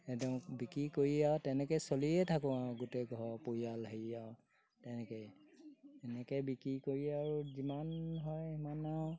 একদম বিক্ৰী কৰি আৰু তেনেকৈ চলিয়ে থাকোঁ আৰু গোটেই ঘৰ পৰিয়াল হেৰি আৰু তেনেকৈ এনেকৈ বিক্ৰী কৰি আৰু যিমান হয় সিমান আৰু